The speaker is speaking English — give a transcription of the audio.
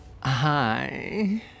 Hi